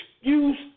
excuse